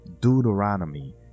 Deuteronomy